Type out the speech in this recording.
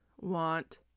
want